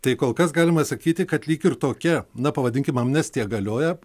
tai kol kas galima sakyti kad lyg ir tokia na pavadinkim amnestija galioja